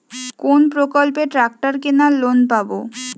কোন প্রকল্পে ট্রাকটার কেনার লোন পাব?